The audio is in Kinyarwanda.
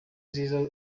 ziza